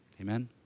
Amen